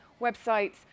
websites